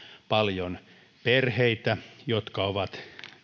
paljon perheitä jotka ovat